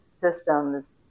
systems